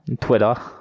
Twitter